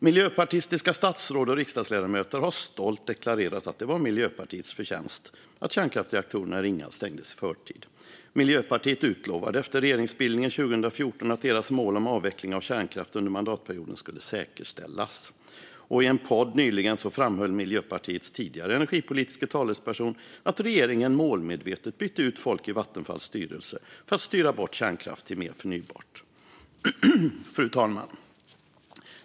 Miljöpartistiska statsråd och riksdagsledamöter har stolt deklarerat att det var Miljöpartiets förtjänst att kärnkraftsreaktorerna i Ringhals stängdes i förtid. Miljöpartiet utlovade efter regeringsbildningen 2014 att deras mål om avveckling av kärnkraft under mandatperioden skulle säkerställas. I en podd nyligen framhöll Miljöpartiets tidigare energipolitiska talesperson att regeringen målmedvetet bytte ut folk i Vattenfalls styrelse för att styra bort från kärnkraft till mer förnybart. Fru talman!